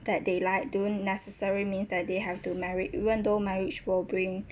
that they like don't necessary means that they have to marry even though marriage will bring